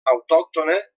autòctona